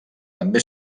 també